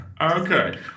Okay